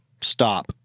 stop